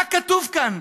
מה כתוב כאן,